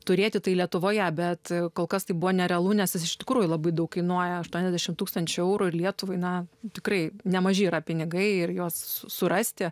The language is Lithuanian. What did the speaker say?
turėti tai lietuvoje bet kol kas tai buvo nerealu nes iš tikrųjų labai daug kainuoja aštuoniasdešim tūkstančių eurų lietuvai na tikrai nemaži yra pinigai ir jos surasti